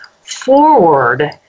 forward